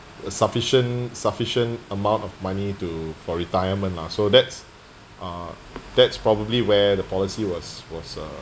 a sufficient sufficient amount of money to for retirement lah so that's uh that's probably where the policy was was uh